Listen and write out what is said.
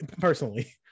personally